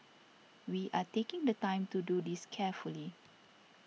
we are taking the time to do this carefully